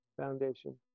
Foundation